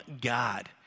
God